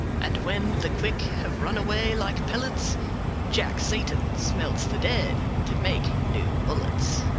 and when the quick have run away like pellets jack satan smelts the dead to make new bullets.